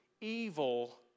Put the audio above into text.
evil